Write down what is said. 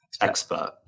expert